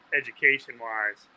education-wise